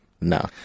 No